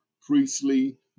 priestly